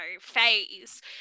phase